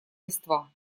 листва